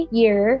year